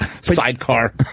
sidecar